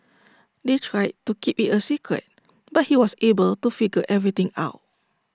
they tried to keep IT A secret but he was able to figure everything out